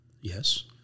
yes